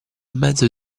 mezzo